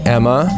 Emma